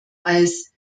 als